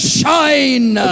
shine